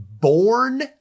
born